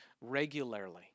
regularly